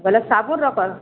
ବେଲେ ସାଗୁନ୍ ର କର